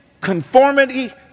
conformity